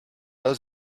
does